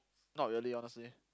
not really honestly